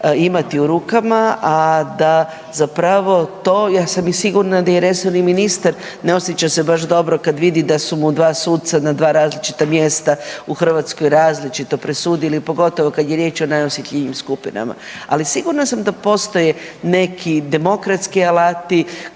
imati u rukama a da zapravo to, ja sam i sigurna da i resorni ministar ne osjeća se baš dobro kad vidi da su mu dva suca na dva različita mjesta u Hrvatskoj različito presudili pogotovo kad je riječ o najosjetljivijim skupinama. Ali sigurna sam da postoje neki demokratski alati